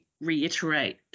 reiterate